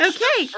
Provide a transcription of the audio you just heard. Okay